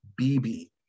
bb